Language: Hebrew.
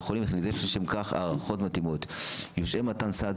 החולים וכי נדרשת לשם כך היערכות מתאימה יושהה מתן סעד